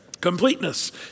Completeness